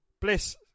Bliss